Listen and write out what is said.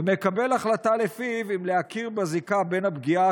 ולפיו הוא מקבל החלטה אם להכיר בזיקה בין הפגיעה